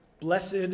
Blessed